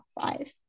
five